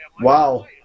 Wow